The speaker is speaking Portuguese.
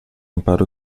limpar